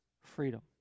freedom